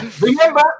Remember